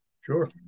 Sure